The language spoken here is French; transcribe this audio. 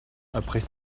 après